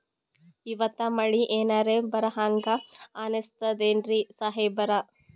ಇವತ್ತ ಮಳಿ ಎನರೆ ಬರಹಂಗ ಅನಿಸ್ತದೆನ್ರಿ ಸಾಹೇಬರ?